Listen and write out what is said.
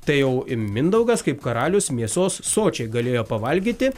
tai jau mindaugas kaip karalius mėsos sočiai galėjo pavalgyti